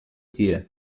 dia